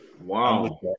Wow